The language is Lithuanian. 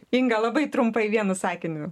inga labai trumpai vienu sakiniu